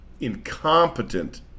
incompetent